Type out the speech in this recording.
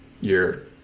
year